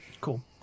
Cool